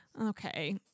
Okay